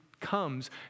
comes